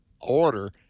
order